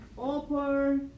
upper